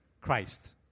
Christ